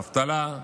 אבטלה,